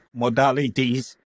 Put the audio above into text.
modalities